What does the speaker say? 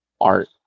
Art